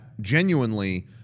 genuinely